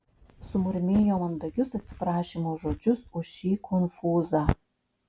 sumurmėjo mandagius atsiprašymo žodžius už šį konfūzą